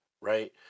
right